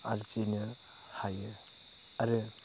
आरजिनो हायो आरो